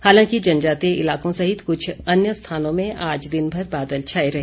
हालांकि जनजातीय इलाकों सहित कुछ अन्य स्थानों में आज दिनभर बादल छाए रहे